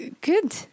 good